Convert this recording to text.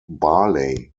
barley